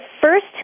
first